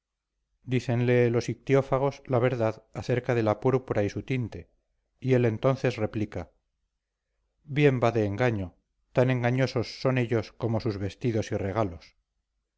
hacía dícenle los ictiófagos la verdad acerca de la púrpura y su tinte y él entonces les replica bien va de engaño tan engañosos son ellos como sus vestidos y regalos